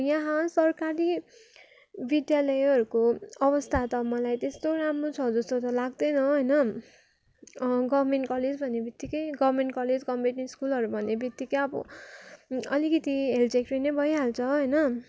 यहाँ सरकारी विद्यालयहरूको अवस्था त मलाई त्यस्तो राम्रो छ जस्तो त लाग्दैन होइन गभर्नमेन्ट कलेज भन्ने वित्तिकै गभर्नमेन्ट कलेज गभर्नमेन्ट स्कुलहरू भन्ने वित्तिकै अब अलिकति हेलचेक्रे नै भइहाल्छ होइन